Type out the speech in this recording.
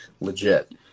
legit